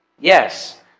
Yes